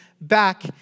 back